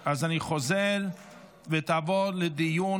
אושרה בקריאה הראשונה ותעבור לדיון